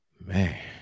Man